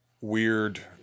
weird